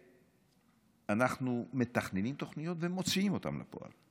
אנחנו מתכננים תוכניות ומוציאים אותן לפועל,